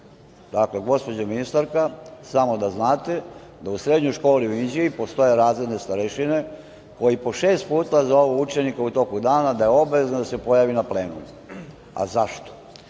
gospođa ministarka, samo da znate da u srednjoj školi u Inđiji, postoje razredne starešine koji po šest puta zovu učenike u toku dana da je obavezno da se pojave na plenumu. Zašto?